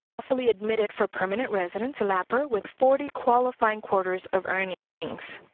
lawfully admitted for permanent residence, a lapr with forty qualifying quarters of earnings.